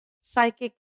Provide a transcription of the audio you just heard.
psychic